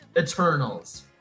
Eternals